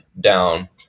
down